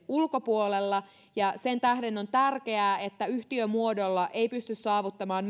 ulkopuolella sen tähden on tärkeää että myöskään yhtiömuodolla ei pysty saavuttamaan